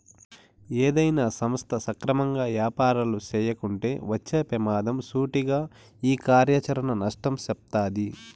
ఏదైనా సంస్థ సక్రమంగా యాపారాలు చేయకుంటే వచ్చే పెమాదం సూటిగా ఈ కార్యాచరణ నష్టం సెప్తాది